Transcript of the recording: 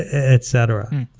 et cetera.